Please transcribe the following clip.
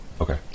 Okay